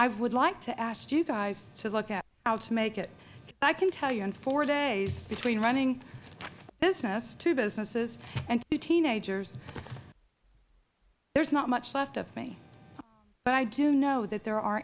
i would like to ask you guys to look at how to make it if i can tell you in four days between running a business two businesses and two teenagers there is not much left of me but i do know that there are